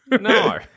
No